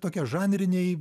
tokie žanriniai